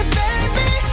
baby